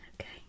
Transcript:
Okay